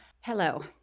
hello